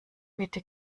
bitte